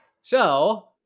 So-